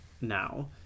now